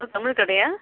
ஆ தமிழ் கடையா